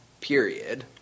period